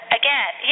again